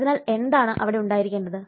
അതിനാൽ ഏതാണ് അവിടെ ഉണ്ടായിരിക്കേണ്ടത്